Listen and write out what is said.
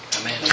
Amen